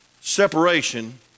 separation